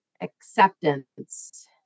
acceptance